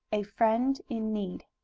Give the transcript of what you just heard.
a friend in need